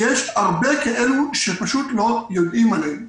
כי יש הרבה כאלה שפשוט לא יודעים עליהם.